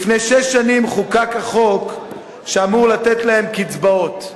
לפני שש שנים חוקק חוק שאמור לתת להם קצבאות.